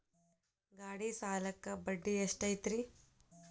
ಗಾಡಿ ಸಾಲಕ್ಕ ಬಡ್ಡಿ ಎಷ್ಟೈತ್ರಿ?